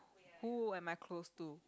who am I close to